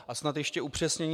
A snad ještě upřesnění.